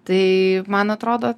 tai man atrodo